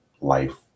life